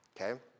okay